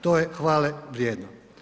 To je hvale vrijedno.